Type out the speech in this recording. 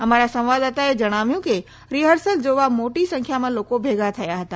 અમારા સંવાદદાતા એ જણાવ્યું કે રિહર્સલ જોવા માટે મોટી સંખ્યામાં લોકો ભેગા થયા હતા